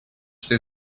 что